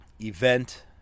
event